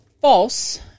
false